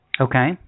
Okay